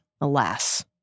alas